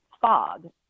fog